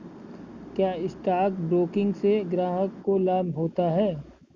क्या stock broking से ग्राहक को लाभ होता है?